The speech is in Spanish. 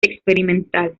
experimental